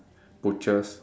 butchers